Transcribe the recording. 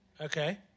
Okay